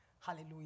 Hallelujah